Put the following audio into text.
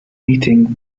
meetings